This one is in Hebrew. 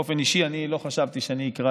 באופן אישי אני לא חשבתי שאני אקרא